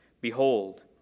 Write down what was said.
Behold